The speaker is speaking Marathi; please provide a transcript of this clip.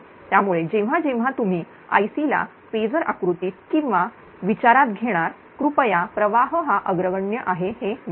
त्यामुळे जेव्हा जेव्हा तुम्ही Ic ला फेजर आकृतीत आणि विचारात घेणार कृपया प्रवाह हा अग्रगण्य आहे हे बघा